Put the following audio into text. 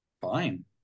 fine